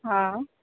हा